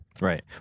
Right